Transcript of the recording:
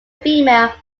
female